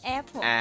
Apple